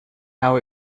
how